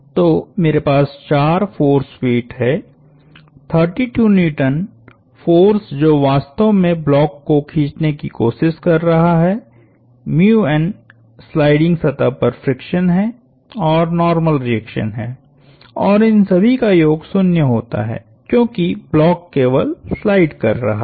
तो मेरे पास चार फोर्स वेट हैं 32N फोर्स जो वास्तव में ब्लॉक को खींचने की कोशिश कर रहा हैस्लाइडिंग सतह पर फ्रिक्शन है और नार्मल रिएक्शन है और इन सभी का योग 0 होता है क्योंकि ब्लॉक केवल स्लाइड कर रहा है